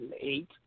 eight